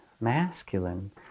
masculine